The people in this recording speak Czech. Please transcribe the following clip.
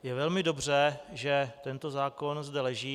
Je velmi dobře, že tento zákon zde leží.